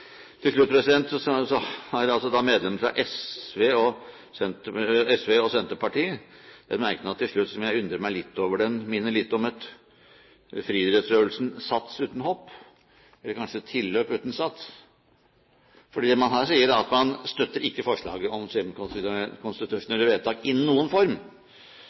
fra SV og Senterpartiet har en merknad til slutt som jeg undrer meg litt over. Den minner litt om friidrettsøvelsen sats uten hopp, eller kanskje tilløp uten sats, fordi man sier her at man ikke støtter forslaget om semikonstitusjonelle vedtak i noen form.